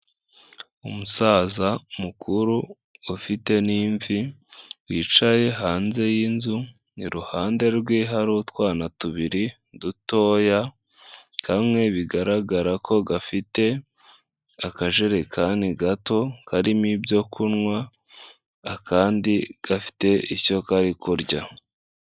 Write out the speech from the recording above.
Umusaza mukuru ufite n'ivi wicaye hanze y’inzu iruhande rwe hari utwana tubiri dutoya kamwe bigaragara ko gafite akajerekani gato karimo ibyo kunywa akandi gafite icyo kari kurya.